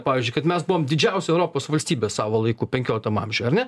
pavyzdžiui kad mes buvom didžiausia europos valstybė savo laiku penkioliktam amžiuj ar ne